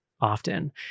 often